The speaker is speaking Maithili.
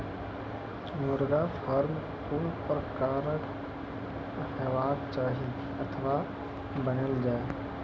मुर्गा फार्म कून प्रकारक हेवाक चाही अथवा बनेल जाये?